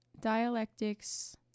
Dialectics